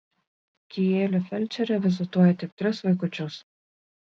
kijėlių felčerė vizituoja tik tris vaikučius